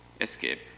escape